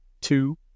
Two